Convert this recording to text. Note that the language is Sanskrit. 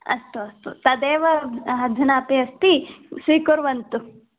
अस्तु अस्तु तदेव अधुनापि अस्ति स्वीकुर्वन्तु